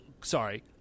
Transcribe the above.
Sorry